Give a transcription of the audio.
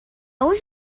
wish